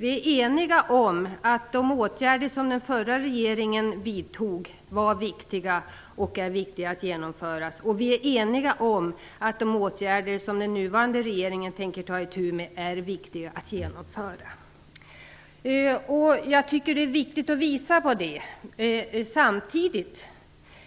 Vi är också ense om att de åtgärder som den förra regeringen vidtog var och är viktiga att genomföra. Detsamma gäller de åtgärder som den nuvarande regeringen tänker vidta. Det är viktigt att visa på detta, samtidigt